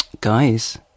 Guys